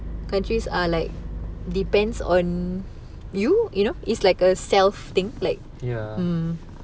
countries are like depends on you you know it's like a self thing like mm